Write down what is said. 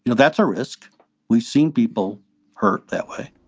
you know that's a risk we've seen people hurt that way,